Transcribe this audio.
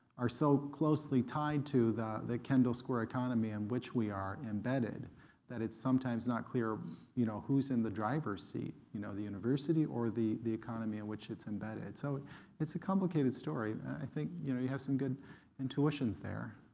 are so closely tied to the the kendall square economy in which we are embedded that it's sometimes not clear you know who's in the driver's seat, you know the university or the the economy in which it's embedded? so it's a complicated story. i think you know you have some good intuitions there.